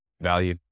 value